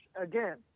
again